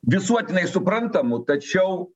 visuotinai suprantamų tačiau